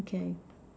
can